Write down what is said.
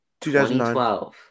2012